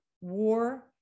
war